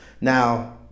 now